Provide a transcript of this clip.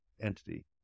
entity